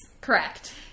Correct